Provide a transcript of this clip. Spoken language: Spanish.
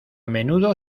menudo